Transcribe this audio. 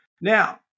Now